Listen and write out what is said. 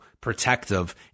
protective